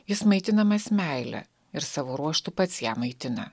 jis maitinamas meile ir savo ruožtu pats ją maitina